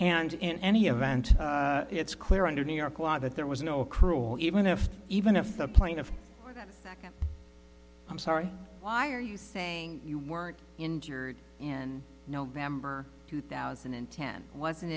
and in any event it's clear under new york law that there was no accrual even if even if the plaintiff second i'm sorry why are you saying you weren't injured in november two thousand and ten wasn't